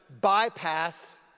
bypass